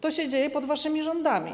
To się dzieje pod waszymi rządami.